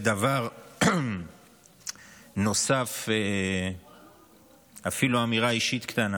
דבר נוסף, אפילו אמירה אישית קטנה.